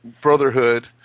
Brotherhood